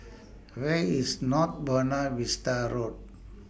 Where IS North Buona Vista Road